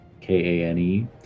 K-A-N-E